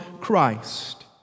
Christ